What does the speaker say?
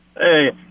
Hey